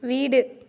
வீடு